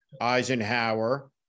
Eisenhower